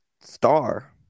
star